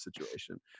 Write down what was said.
situation